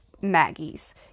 Maggie's